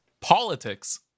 politics